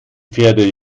pferde